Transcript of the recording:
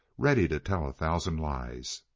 ready to tell a thousand lies.